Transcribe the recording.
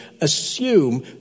assume